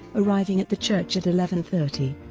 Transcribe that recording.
arriving at the church at eleven thirty.